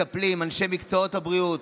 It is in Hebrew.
מטפלים, אנשי מקצועות הבריאות,